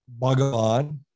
Bhagavan